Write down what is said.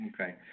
Okay